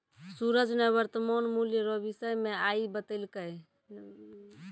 सूरज ने वर्तमान मूल्य रो विषय मे आइ बतैलकै